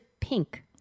pink